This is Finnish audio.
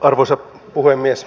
arvoisa puhemies